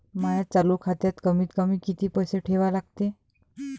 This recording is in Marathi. माया चालू खात्यात कमीत कमी किती पैसे ठेवा लागते?